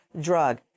drug